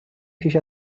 پیش